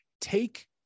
Take